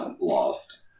lost